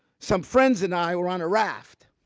some friends and i were on a raft.